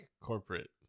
corporate